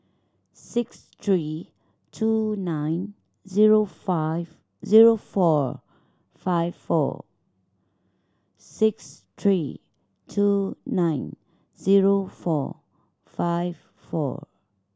six three two nine zero five zero four five four six three two nine zero four five four